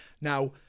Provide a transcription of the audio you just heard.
Now